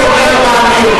אני שואל אותך שאלה.